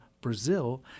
Brazil